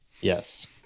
Yes